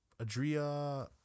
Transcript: Adria